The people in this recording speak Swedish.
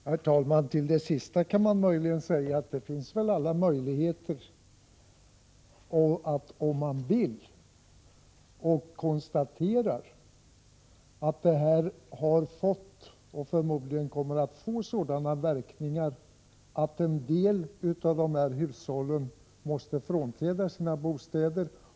Herr talman! När det gäller det sista kan man möjligen säga att det finns Fredagen den alla möjligheter. Räntehöjningarna har fått och kommer förmodligen att få 31 maj 1985 sådana verkningar att en del hushåll måste frånträda sina bostäder.